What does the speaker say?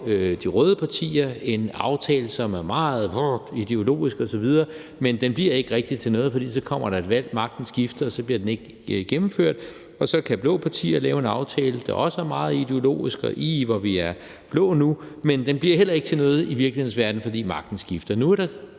de røde partier så laver en aftale, som er meget ideologisk osv., men som ikke rigtig bliver til noget, fordi der så kommer et valg og magten skifter og den så ikke bliver gennemført, hvorefter de blå partier så kan lave en aftale, der også er meget ideologisk, og ih, hvor er vi nu blå, men som heller ikke bliver til noget i virkelighedens verden, fordi magten skifter. Nu er der